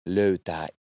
löytää